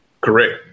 Correct